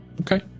Okay